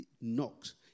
knocks